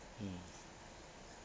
mm